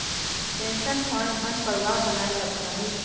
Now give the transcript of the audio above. pension fund धन प्रवाह बनावल रखा हई